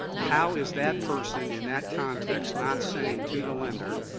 how is that person in that context not saying to the lender,